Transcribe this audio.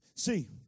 See